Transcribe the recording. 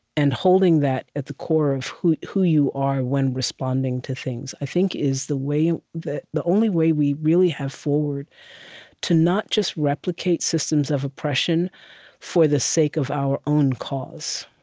and holding that at the core of who who you are when responding to things, i think, is the way the the only way we really have forward to not just replicate systems of oppression for the sake of our own cause